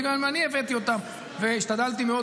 שגם אני הבאתי אותם והשתדלתי מאוד,